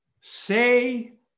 say